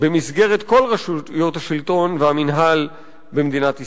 במסגרת כל רשויות השלטון והמינהל במדינת ישראל.